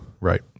Right